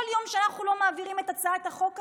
כל יום שאנחנו לא מעבירים את הצעת החוק הזו,